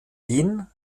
jin